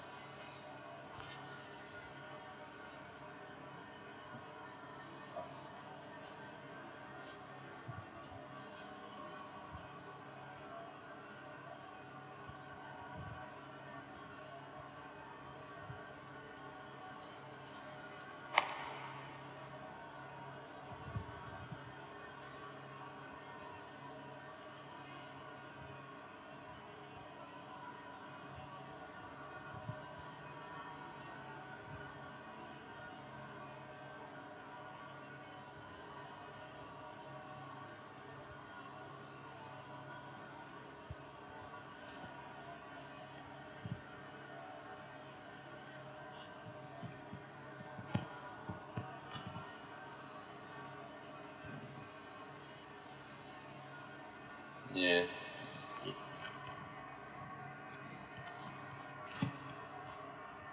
ya